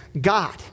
God